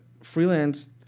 freelance